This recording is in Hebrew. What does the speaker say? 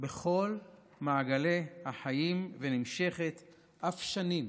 בכל מעגלי החיים, והיא נמשכת אף שנים